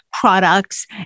products